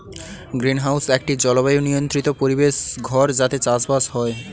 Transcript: greenhouse একটি জলবায়ু নিয়ন্ত্রিত পরিবেশ ঘর যাতে চাষবাস হয়